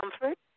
comfort